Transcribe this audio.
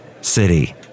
city